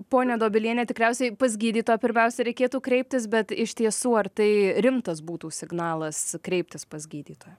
ponia dobiliene tikriausiai pas gydytoją pirmiausia reikėtų kreiptis bet iš tiesų ar tai rimtas būtų signalas kreiptis pas gydytoją